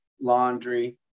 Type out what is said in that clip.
laundry